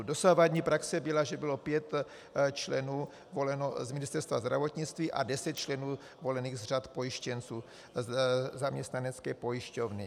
Dosavadní praxe byla, že bylo pět členů voleno z Ministerstva zdravotnictví a deset členů volených z řad pojištěnců zaměstnanecké pojišťovny.